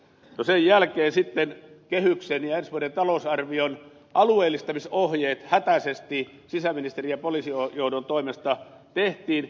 no sen jälkeen kehyksen ja ensi vuoden talousarvion alueellistamisohjeet hätäisesti sisäministerin ja poliisijohdon toimesta tehtiin